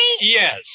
Yes